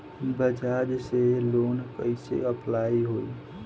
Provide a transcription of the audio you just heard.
बजाज से लोन कईसे अप्लाई होई?